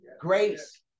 Grace